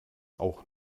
auch